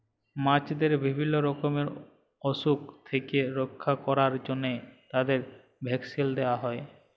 মাছদের বিভিল্য রকমের অসুখ থেক্যে রক্ষা ক্যরার জন্হে তাদের ভ্যাকসিল দেয়া হ্যয়ে